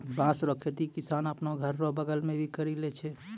बाँस रो खेती किसान आपनो घर रो बगल मे भी करि लै छै